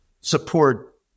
support